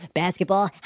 basketball